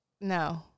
no